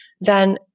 Then-